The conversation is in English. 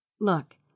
Look